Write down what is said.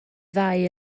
ddau